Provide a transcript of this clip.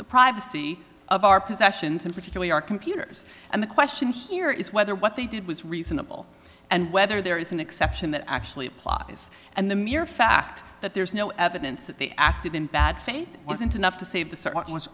the privacy of our possessions and particularly our computers and the question here is whether what they did was reasonable and whether there is an exception that actually applies and the mere fact that there's no evidence that they acted in bad faith wasn't enough to save the